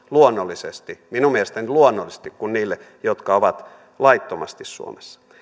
luonnollisesti minun mielestäni luonnollisesti laajemmat terveyspalvelut kuin niille jotka ovat laittomasti suomessa